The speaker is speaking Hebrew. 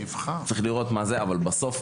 אבל בסוף,